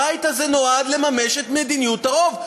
הבית הזה נועד לממש את מדיניות הרוב.